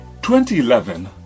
2011